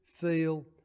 feel